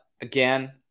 again